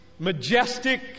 Majestic